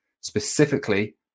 specifically